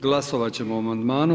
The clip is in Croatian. Glasovati ćemo o amandmanu.